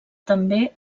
també